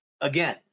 again